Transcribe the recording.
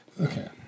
Okay